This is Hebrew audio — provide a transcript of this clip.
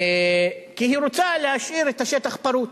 היא רוצה להשאיר את השטח פרוץ,